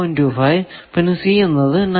25 പിന്നെ C എന്നത് 9